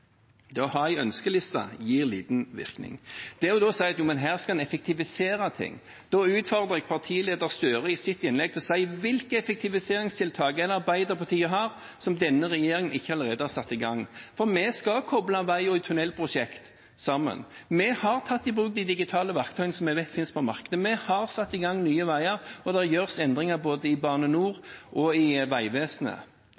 Det å ha en ønskeliste gir liten virkning. Da å si at her skal man effektivisere ting – jeg utfordrer partileder Gahr Støre til i sitt innlegg å si hvilke effektiviseringstiltak Arbeiderpartiet har som denne regjeringen ikke allerede har satt i gang. For vi skal koble vei- og tunnelprosjekter sammen, vi har tatt i bruk de digitale verktøyene som vi vet finnes på markedet, vi har satt i gang Nye Veier, og det gjøres endringer både i Bane